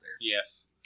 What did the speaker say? Yes